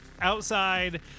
outside